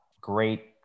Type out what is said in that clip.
great